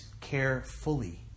carefully